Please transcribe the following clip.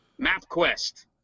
MapQuest